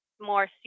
more